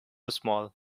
small